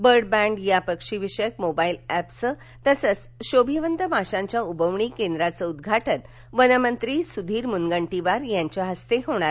bird band या पक्षीविषयक mobile एपचं तसंच शोभिवंत माशांच्या उबवणी केंद्राचं उद्घाटन वनमंत्री सुधीर मुनगंटीवार यांच्या हस्ते होणार आहे